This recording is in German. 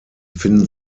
finden